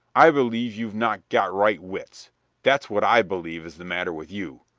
i believe you've not got right wits that's what i believe is the matter with you.